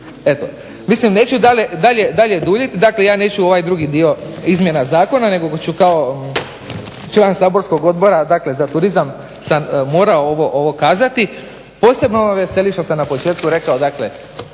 Eto. Mislim neću dalje duljiti. Dakle ja neću ovaj drugi dio izmjena zakona nego ću kao član saborskog Odbora za turizam sam morao ovo kazati, posebno me veseli što sam na početku rekao dakle